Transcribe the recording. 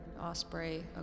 osprey